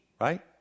right